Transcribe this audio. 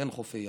כן חופי ים,